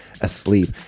asleep